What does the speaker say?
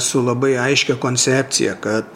su labai aiškia koncepcija kad